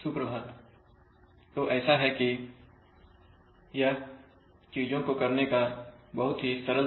शब्द संग्रह त्रुटि ओवरशूट डीके रेशियो स्टेप बदलावदोलन स्टेप रिस्पांस इंटीग्रल वर्ग त्रुटि सुप्रभात